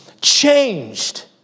Changed